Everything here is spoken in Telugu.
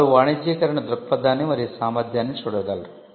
వారు వాణిజ్యీకరణ దృక్పథాన్ని మరియు సామర్థ్యాన్ని చూడగలరు